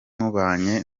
mubanye